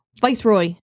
Viceroy